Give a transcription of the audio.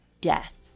death